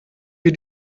wir